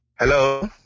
Hello